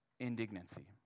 indignancy